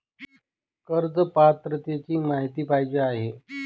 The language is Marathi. कर्ज पात्रतेची माहिती पाहिजे आहे?